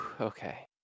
okay